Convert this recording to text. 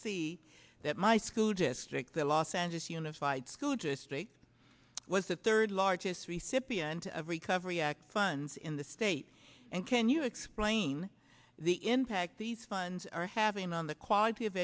see that my school district the los angeles unified school district was the third largest recipient of recovery act funds in the state and can you explain the impact these funds are having on the quality of